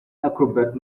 acrobat